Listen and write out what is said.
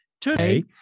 today